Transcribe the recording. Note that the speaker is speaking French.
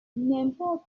n’importe